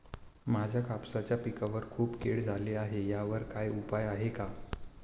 माझ्या कापसाच्या पिकावर खूप कीड झाली आहे यावर काय उपाय आहे का?